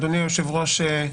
אדוני היושב-ראש,